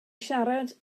siarad